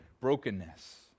brokenness